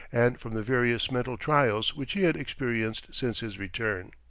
and from the various mental trials which he had experienced since his return.